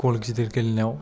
गल गिदिर गेलेनायाव